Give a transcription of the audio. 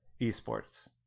esports